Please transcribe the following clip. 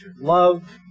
love